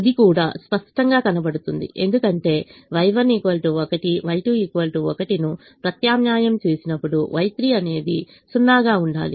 ఇది కూడా స్పష్టంగా కనబడుతుంది ఎందుకంటే Y1 1 Y2 1 ను ప్రత్యామ్నాయం చేసినప్పుడు Y3 అనేది 0 గా ఉండాలి